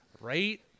right